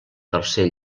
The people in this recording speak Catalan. tercer